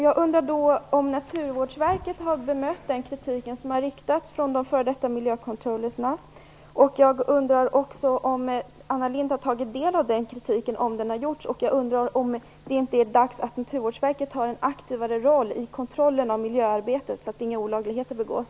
Jag undrar då om Naturvårdsverket har bemött den kritik som har riktats från de f.d. miljökontrollanterna och om Anna Lindh har tagit del av den kritiken om det har gjorts. Jag undrar också om det inte är dags att Naturvårdsverket tar på sig en aktivare roll i kontrollen av miljöarbetet så att inga olagligheter begås.